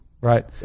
Right